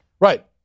Right